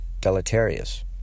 deleterious